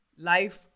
Life